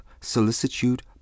solicitude